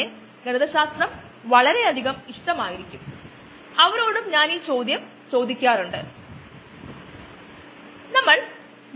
ഒരു തുടർച്ചയായ പ്രവർത്തനം ഇത് എല്ലാ ഒരേസമയം സംഭവിക്കുമ്പോൾ ആന്തരികവൽക്കരണം ഉചിതമായി വരുന്നു അത് വിശകലനം ചെയ്യാൻ പിന്നെ അത് ഉപയോഗിക്കാനും മിക്കവാറും നമുക്ക് താല്പര്യം ഉള്ള ഒന്ന് രൂപകൽപന ചെയ്യാനും